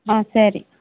ஆ சரி